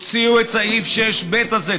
תוציא או סעיף 6ב הזה.